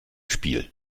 spiel